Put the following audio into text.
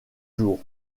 jours